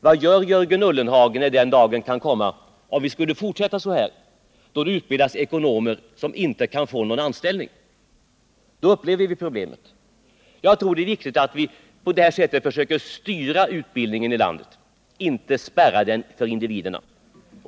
Vad gör Jörgen Ullenhag om den dagen kommer — vilket kan inträffa om vi skulle fortsätta med nuvarande system — då det utbildas ekonomer som inte kan få någon anställning? Då upplever vi problemen! Jag tror att det är viktigt att vi på det här sättet försöker styra utbildningen i landet, inte spärra den för individerna.